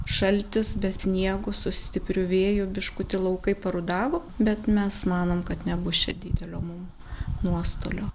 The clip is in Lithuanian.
šaltis be sniego su stipriu vėju biškutį laukai parudavo bet mes manom kad nebus čia didelio mum nuostolio